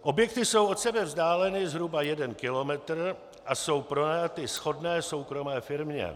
Objekty jsou od sebe vzdáleny zhruba jeden kilometr a jsou pronajaty shodné soukromé firmě.